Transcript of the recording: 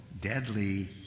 deadly